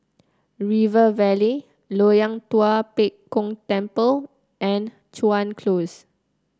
River Valley Loyang Tua Pek Kong Temple and Chuan Close